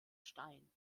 stein